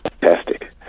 Fantastic